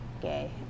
gay